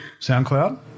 SoundCloud